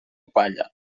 palla